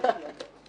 שלא עבר את הבחינה.